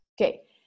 Okay